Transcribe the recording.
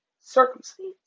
circumstance